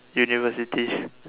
university